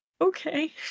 okay